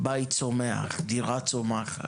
בית צומח, דירה צומחת,